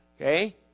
okay